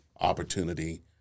opportunity